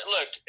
Look